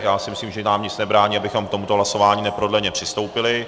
Já myslím, že nám nic nebrání, abychom k tomuto hlasování neprodleně přistoupili.